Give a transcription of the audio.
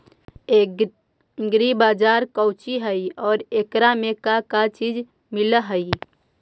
Agri बाजार कोची हई और एकरा में का का चीज मिलै हई?